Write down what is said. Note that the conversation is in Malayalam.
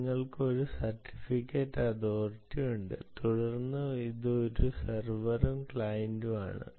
നിങ്ങൾക്ക് ഒരു സർട്ടിഫിക്കറ്റ് അതോറിറ്റി ഉണ്ട് തുടർന്ന് ഇത് ഒരു സെർവറും ക്ലയന്റും ആണ്